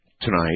tonight